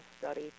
study